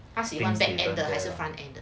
他喜欢 back end 还是 front end